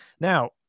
Now